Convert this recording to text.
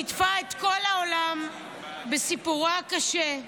שיתפה את כל העולם בסיפורה הקשה,